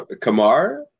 Kamar